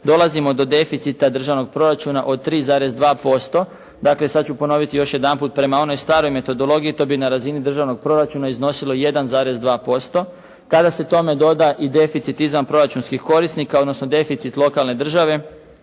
dolazimo do deficita državnog proračuna od 3,2%. Dakle sad ću ponoviti još jedanput. Prema onoj staroj metodologiji to bi na razini državnog proračuna iznosilo 1,2%. Tada se tome doda i deficit izvanproračunskih korisnika odnosno deficit lokalne države